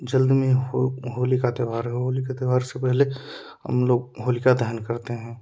जल्द में हो होली का त्योहार है होली के त्योहार से पहले हम लोग होलिका दहन करते हैं